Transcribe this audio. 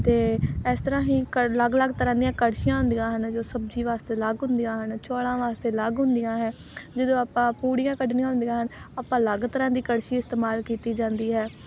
ਅਤੇ ਇਸ ਤਰ੍ਹਾਂ ਹੀ ਕੜ ਅਲੱਗ ਅਲੱਗ ਤਰ੍ਹਾਂ ਦੀਆਂ ਕੜਛੀਆਂ ਹੁੰਦੀਆਂ ਹਨ ਜੋ ਸਬਜ਼ੀ ਵਾਸਤੇ ਅਲੱਗ ਹੁੰਦੀਆਂ ਹਨ ਚੌਲਾਂ ਵਾਸਤੇ ਅਲੱਗ ਹੁੰਦੀਆਂ ਹੈ ਜਦੋਂ ਆਪਾਂ ਪੂੜੀਆਂ ਕੱਢਣੀਆਂ ਹੁੰਦੀਆਂ ਹਨ ਆਪਾਂ ਅਲੱਗ ਤਰ੍ਹਾਂ ਦੀ ਕੜਛੀ ਇਸਤੇਮਾਲ ਕੀਤੀ ਜਾਂਦੀ ਹੈ